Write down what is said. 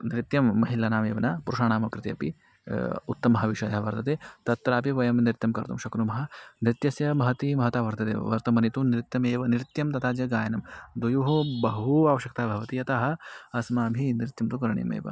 नृत्यं महिलानाम् एव न पुरुषाणां कृते अपि उत्तमः भविष्यः वर्तते तत्रापि वयं नृत्यं कर्तुं शक्नुमः नृत्यस्य महति महति वर्तते वर्तमाने तु नृत्यमेव नृत्यं तथा च गायनं द्वयोः बहु आवश्यकता भवति अतः अस्माभिः नृत्यं तु करणीयमेव